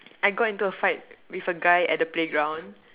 I got into a fight with a guy at the playground